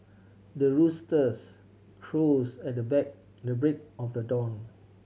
the roosters crows at the break of the dawn